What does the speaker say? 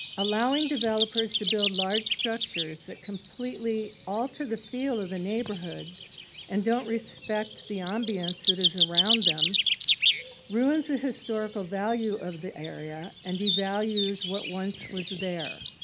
allowing developers to build large structures that completely alter the feel of the neighborhoods and don't respect the ambiance that is around them ruins the historical value of the area and devalues what once was there.